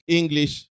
english